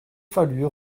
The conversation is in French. fallu